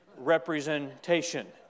representation